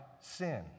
sin